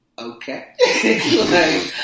Okay